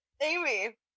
Amy